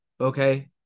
Okay